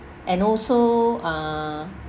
and also uh